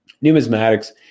Numismatics